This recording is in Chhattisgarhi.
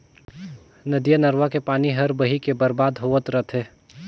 नदिया नरूवा के पानी हर बही के बरबाद होवत रथे